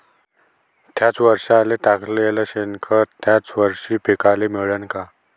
थ्याच वरसाले टाकलेलं शेनखत थ्याच वरशी पिकाले मिळन का?